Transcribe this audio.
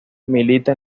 milita